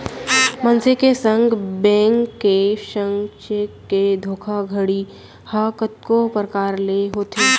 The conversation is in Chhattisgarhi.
मनसे के संग, बेंक के संग चेक के धोखाघड़ी ह कतको परकार ले होथे